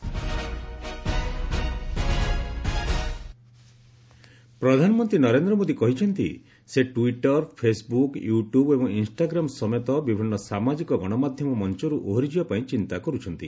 PM social media ପ୍ରଧାନମନ୍ତ୍ରୀ ନରେନ୍ଦ୍ର ମୋଦୀ କହିଛନ୍ତି ସେ ଟ୍ୱିଟର ଫେସ୍ବୁକ୍ ୟୁଟୁବ୍ ଏବଂ ଇନ୍ଷ୍ଟାଗ୍ରାମ୍ ସମେତ ବିଭିନ୍ନ ସାମାଜିକ ଗଣମାଧ୍ୟମ ମଞ୍ଚରୁ ଓହରି ଯିବା ପାଇଁ ଚିନ୍ତା କରୁଛନ୍ତି